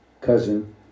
cousin